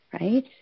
right